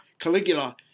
Caligula